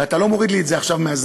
ואתה לא מוריד לי את זה עכשיו מהזמן,